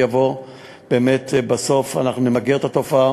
באמת בסוף אנחנו נמגר את התופעה,